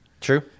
True